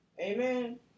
Amen